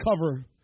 cover